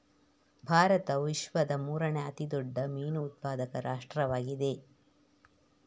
ಭಾರತವು ವಿಶ್ವದ ಮೂರನೇ ಅತಿ ದೊಡ್ಡ ಮೀನು ಉತ್ಪಾದಕ ರಾಷ್ಟ್ರವಾಗಿದೆ